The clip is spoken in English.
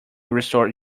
restore